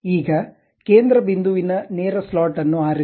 ಈಗ ಕೇಂದ್ರ ಬಿಂದುವಿನ ನೇರ ಸ್ಲಾಟ್ ಆರಿಸಿ